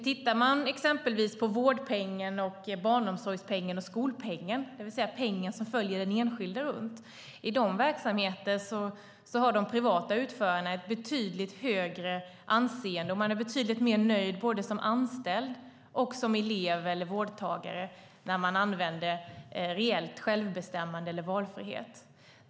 Tittar man exempelvis på vårdpengen, barnomsorgspengen och skolpengen, det vill säga den peng som följer den enskilde, har de privata utförarna i dessa verksamheter ett betydligt högre anseende, och anställda, elever och vårdtagare är betydligt mer nöjda när reellt självbestämmande och valfrihet tillämpas.